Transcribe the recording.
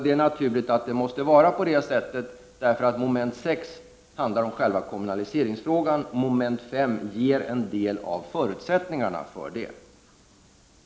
Det är naturligt att det är på det sättet, då mom. 6 handlar om själva kommunaliseringsfrågan och mom. 5 ger en del av förutsättningarna för den.